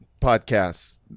podcasts